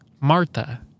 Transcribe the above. Martha